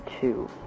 two